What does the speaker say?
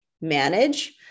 manage